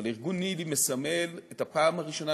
אבל ארגון ניל"י מסמל את הפעם הראשונה